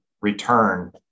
return